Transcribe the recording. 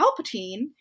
Palpatine